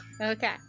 Okay